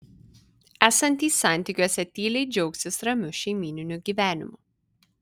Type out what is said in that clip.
esantys santykiuose tyliai džiaugsis ramiu šeimyniniu gyvenimu